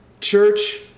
Church